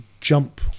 jump